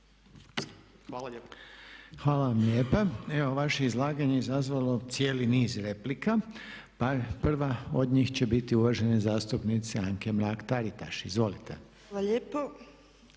Hvala vam lijepa. Evo vaše izlaganje izazvalo je cijeli niz replika. Pa prva od njih će biti uvažene zastupnice Anke Mrak-Taritaš. Izvolite.